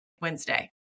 Wednesday